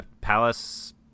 Palace